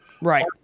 Right